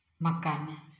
मक्कामे